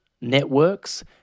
networks